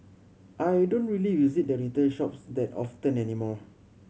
I don't really visit the retail shops that often anymore